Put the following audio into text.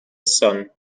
son